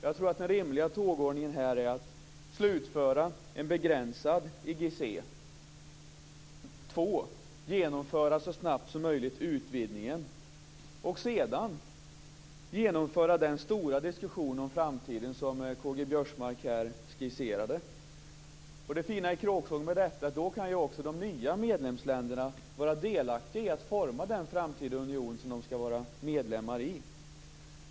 Jag tror att den rimliga tågordningen är att slutföra ett begränsat IGC och så snabbt som möjligt genomföra utvidgningen och att sedan genomföra den stora diskussion om framtiden som K-G Biörsmark här skisserade. Det fina i kråksången är att då kan också de nya medlemsländerna vara delaktiga i utformandet av den framtida union som de ska vara medlemmar i.